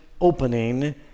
opening